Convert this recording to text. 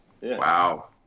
Wow